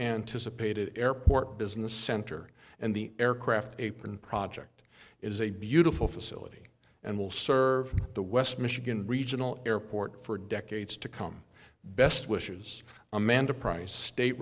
anticipated airport business center and the aircraft apron project is a beautiful facility and will serve the west michigan regional airport for decades to come best wishes amanda price state